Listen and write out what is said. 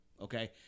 okay